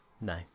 No